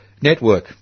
network